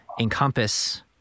encompass